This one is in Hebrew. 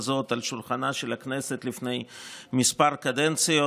הזאת על שולחנה של הכנסת לפני כמה קדנציות.